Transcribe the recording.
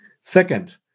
Second